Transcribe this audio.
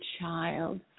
child